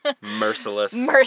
merciless